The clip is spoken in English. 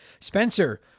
Spencer